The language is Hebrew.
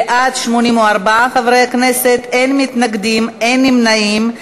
בעד, 84 חברי כנסת, אין מתנגדים, אין נמנעים.